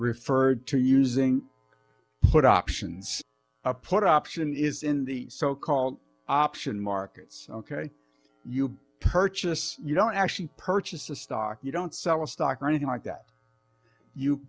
referred to using put options a put option is in the so called option markets ok you purchase you don't actually purchase a stock you don't sell a stock or anything like that you